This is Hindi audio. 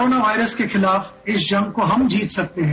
कोरोना वायरस के खिलाफ इस जंग को हम जीत सकते हैं